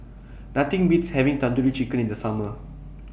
Nothing Beats having Tandoori Chicken in The Summer